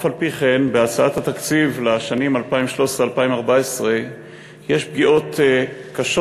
אף-על-פי-כן בהצעת התקציב לשנים 2014-2013 יש פגיעות קשות